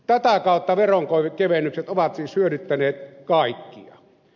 tätä kautta veronkevennykset ovat siis hyödyttäneet kaikkia